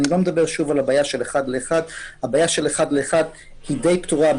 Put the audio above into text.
אני לא מדבר על הבעיה של אחד לאחד זו בעיה שהיא די פתורה,